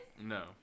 No